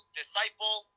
disciple